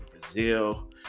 Brazil